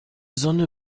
sonne